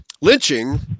lynching